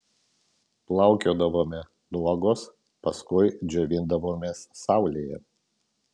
plaukiodavome nuogos paskui džiovindavomės saulėje